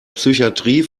psychatrie